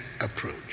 approach